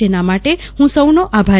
જેના માટે હું સૌનો આભારી